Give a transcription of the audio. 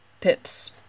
pips